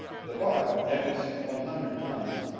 the barque dennis, one hundred tons,